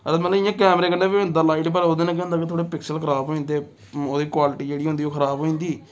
अगर मतलब इ'यां कैमरे कन्नै बी होंदा लाइट पर ओह्दे कन्नै केह् होंदा कि थोह्ड़े पिक्सल खराब होई जंदे ओह्दी क्वालिटी जेह्ड़ी होंदी ओह् खराब होई जंदी